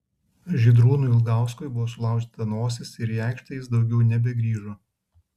žydrūnui ilgauskui buvo sulaužyta nosis ir į aikštę jis daugiau nebegrįžo